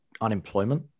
unemployment